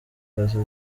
paccy